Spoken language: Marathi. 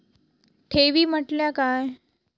ठेवी म्हटल्या काय?